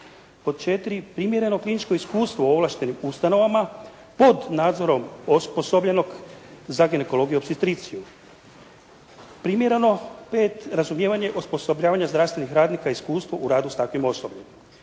Pod četiri primjereno kliničko iskustvo u ovlaštenim ustanovama pod nadzorom osposobljenog za ginekologiju i opstetriciju. Primjereno, pet, razumijevanje i osposobljavanje zdravstvenih radnika i iskustvo u radu sa takvim osobljem.